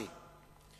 והתאמצתי